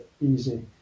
easy